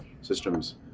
systems